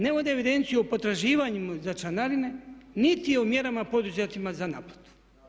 Ne vode evidenciju o potraživanja za članarine niti o mjerama poduzetima za naplatu.